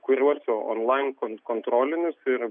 kuriuosi lankont kontrolinius ir